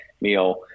meal